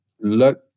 look